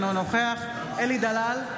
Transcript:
אינו נוכח אלי דלל,